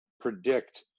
predict